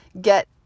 get